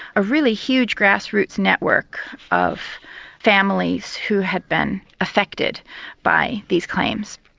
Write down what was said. a really huge grass roots network of families who had been affected by these complaints.